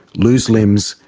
lose limbs,